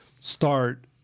start